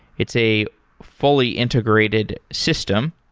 it's a fully integrated system.